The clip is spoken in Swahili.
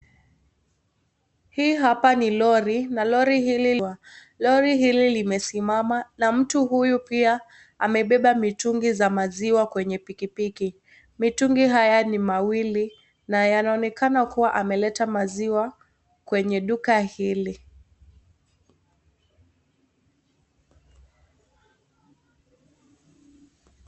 Hii hapa ni lori na lori hili ni kubwa . Lori hili limesimama na mtu huyu pia amebeba mitungi za maziwa kwenye pikipiki . Mitungi haya ni mawili na yanaonekana kuwa ameleta maziwa kwenye duka hili.